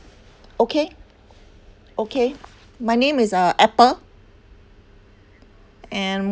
okay okay my name is uh apple and